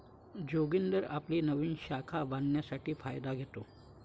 जोगिंदर आपली नवीन शाखा बांधण्यासाठी फायदा घेतो